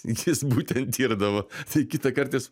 jis būtent tirdavo tai kitą kartą jis